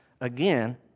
Again